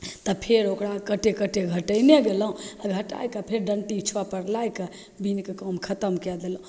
तऽ फेर ओकरा काँटे काँटे घटेने गेलहुँ घटैके फेर डन्टी छओपर लैके बिनैके काम खतम कै देलहुँ